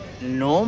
no